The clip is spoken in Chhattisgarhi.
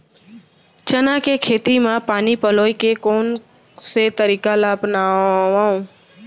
चना के खेती म पानी पलोय के कोन से तरीका ला अपनावव?